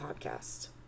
Podcast